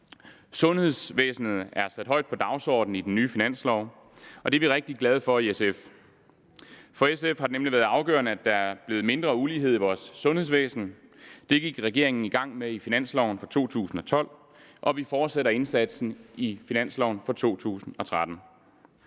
Sundhedsvæsenet er sat højt på dagsordenen i den nye finanslov, og det er vi rigtig glade for i SF. For SF har det nemlig været afgørende, at der er blevet mindre ulighed i vores sundhedsvæsen. Det gik regeringen i gang med i finansloven for 2012, og vi fortsætter indsatsen i finansloven for 2013.